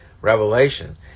revelation